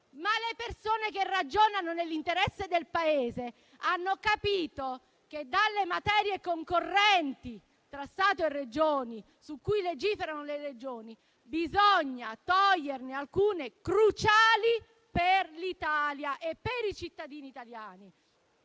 Costituzione. Chi ragiona nell'interesse del Paese ha capito che dalle materie concorrenti tra Stato e Regioni, su cui legiferano le Regioni, bisogna toglierne alcune cruciali per l'Italia e i cittadini italiani.